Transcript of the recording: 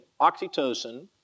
oxytocin